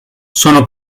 sono